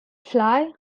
fly